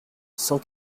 cent